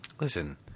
Listen